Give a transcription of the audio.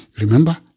remember